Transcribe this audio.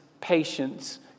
patience